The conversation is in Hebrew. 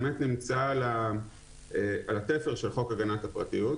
אומנם על התפר של חוק הגנת הפרטיות,